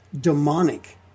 demonic